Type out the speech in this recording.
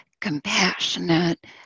compassionate